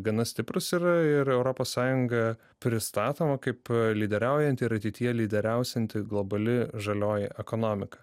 gana stiprūs yra ir europos sąjunga pristatoma kaip lyderiaujanti ir ateityje lyderiausianti globali žalioji ekonomika